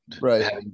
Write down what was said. right